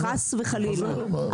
חס וחלילה.